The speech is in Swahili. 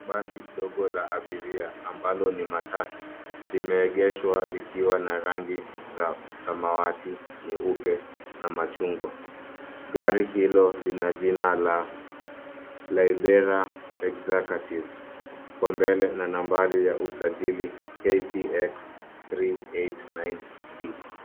Basi dogo la abiria ambalo ni matatu lime egeshwa likiwa na rangi za samawati, nyeupe na machungwa. Gari hilo lina jina la LIBERA EXECUTIVE uko mbele na nambari ya usajili KCX 389D.